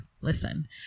listen